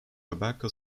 tobacco